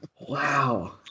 Wow